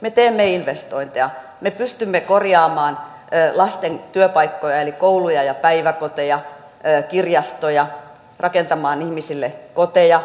me teemme investointeja me pystymme korjaamaan lasten työpaikkoja eli kouluja ja päiväkoteja kirjastoja rakentamaan ihmisille koteja